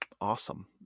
awesome